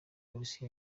polisi